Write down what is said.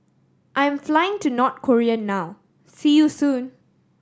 I am flying to North Korea now see you soon